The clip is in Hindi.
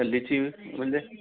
लीची मिल जाएगी